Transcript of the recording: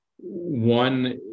One